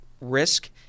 risk